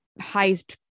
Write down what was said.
highest